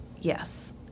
Yes